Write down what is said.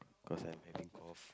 cause I'm having cough